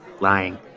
lying